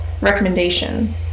Recommendation